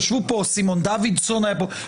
יש פה סימון דוידסון היה פה.